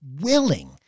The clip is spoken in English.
willing